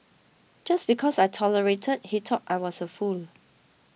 just because I tolerated he thought I was a fool